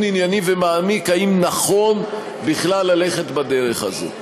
ענייני ומעמיק אם נכון בכלל ללכת בדרך הזאת.